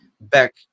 back